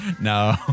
No